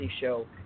show